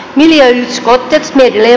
herr talman